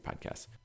podcasts